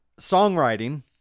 songwriting